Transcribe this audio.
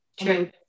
true